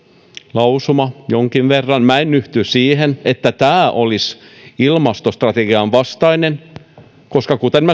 lausumaa jonkin verran en yhdy siihen että tämä olisi ilmastostrategian vastainen koska kuten